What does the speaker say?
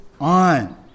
on